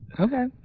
Okay